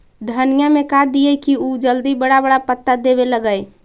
धनिया में का दियै कि उ जल्दी बड़ा बड़ा पता देवे लगै?